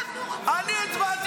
אז תגיע לסיכום עם שר השיכון.